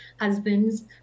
husbands